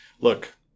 look